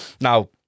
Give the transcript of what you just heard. Now